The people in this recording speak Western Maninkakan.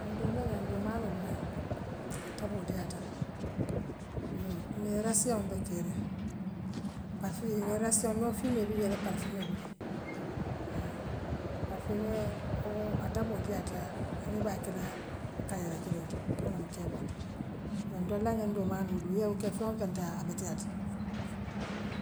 Ntol la jaŋto maanoo jaŋ a taboo diyaata yoo mee rassioŋoo be keeriŋ parfiimee rassioŋ non fiimee bijeele parfiimee bijee ha. Parfiimee woo a taboo diyaataa ňiŋ ibaa kelaa kaleereŋ kiliŋti wooloŋ ceebooti yo ntool la ňiŋdol maanoo yewoo ke feŋ o feŋ tee abetiyaata.